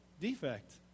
defect